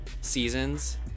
seasons